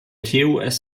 tus